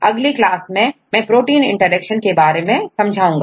अगली क्लास में मैं प्रोटीन इंटरेक्शन के बारे में बताऊंगा